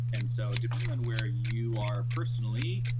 and so depending on where you are personally,